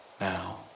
now